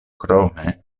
krome